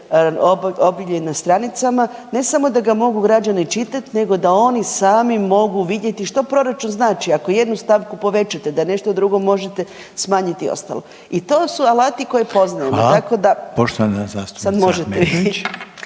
objavljen na stranicama, ne samo da ga mogu građani čitati, nego da oni sami mogu vidjeti što proračun znači. Ako jednu stavku povećate, da nešto drugo možete smanjiti i ostalo i to su alati koje poznajemo, tako da, .../Upadica: Hvala./... sad možete.